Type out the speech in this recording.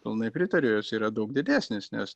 pilnai pritariu jos yra daug didesnės nes